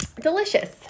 Delicious